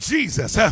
Jesus